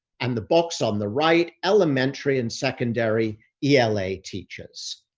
and the box on the right elementary and secondary yeah ela teachers.